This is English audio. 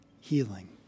healing